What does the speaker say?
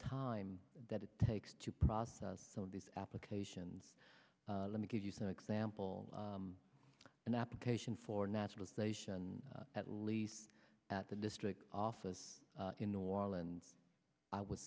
time that it takes to process some of these applications let me give you some example an application for naturalization at least at the district office in new orleans i would